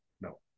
No